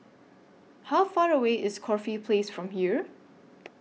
How Far away IS Corfe Place from here